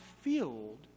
filled